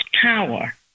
power